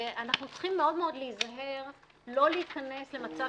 ואנחנו צריכים מאוד-מאוד להיזהר לא להיכנס למצב